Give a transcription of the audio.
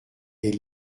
est